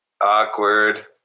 Awkward